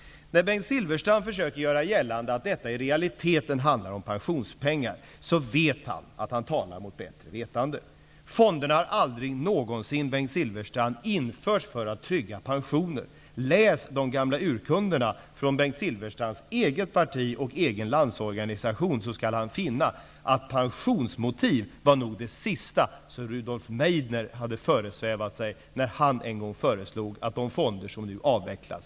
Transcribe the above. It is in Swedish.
Silfverstrand göra gällande att det i realiteten handlar om pensionspengar. Men han vet att han talar mot bättre vetande. Fonderna har aldrig någonsin, Bengt Silfverstrand, införts för att trygga pensioner! Om Bengt Silfverstrand läser det egna partiets och Landsorganisationens gamla urkunder, finner han att pensionsmotiv nog var det sista som föresvävade Rudolf Meidner när denne en gång föreslog införandet av de fonder som nu avvecklas.